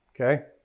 Okay